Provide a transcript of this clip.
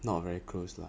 not very close lah